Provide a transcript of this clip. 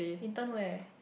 intern where